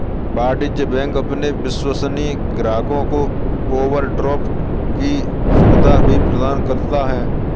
वाणिज्य बैंक अपने विश्वसनीय ग्राहकों को ओवरड्राफ्ट की सुविधा भी प्रदान करता है